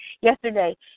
yesterday